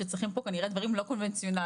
שצריכים פה כנראה דברים לא קונבנציונאליים.